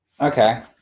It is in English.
Okay